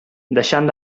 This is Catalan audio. deixant